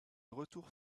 retour